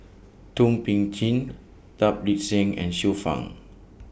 Thum Ping Tjin Tan Lip Seng and Xiu Fang